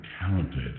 talented